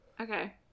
Okay